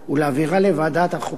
ולהעבירה לוועדת החוקה,